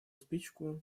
спичку